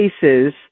cases